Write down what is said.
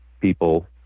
people